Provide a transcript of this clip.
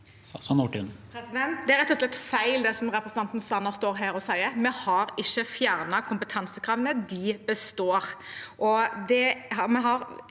Det er rett og slett feil det representanten Sanner står her og sier. Vi har ikke fjernet kompetansekravene. De består, og det er